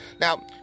Now